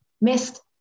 missed